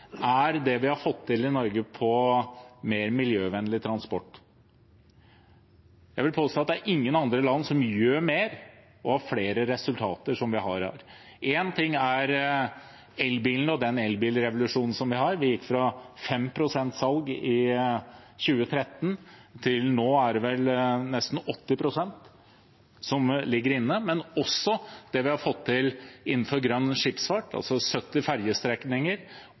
er det vi har fått til i Norge på mer miljøvennlig transport. Jeg vil påstå at det er ingen andre land som gjør mer og har flere resultater enn vi har her. Én ting er elbilene og den elbilrevolusjonen vi har – vi gikk fra 5 pst. salg i 2013 til nesten 80 pst., som vel er det som ligger inne nå – men vi har også det vi har fått til innenfor grønn skipsfart, med 70